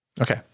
Okay